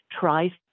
try